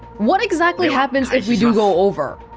what exactly happens if we do go over?